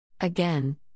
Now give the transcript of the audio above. Again